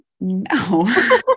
No